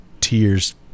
tears